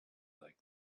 like